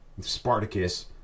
Spartacus